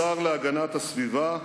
השר להגנת הסביבה,